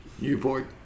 Newport